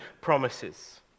promises